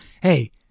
hey